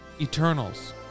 Eternals